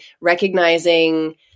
recognizing